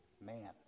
man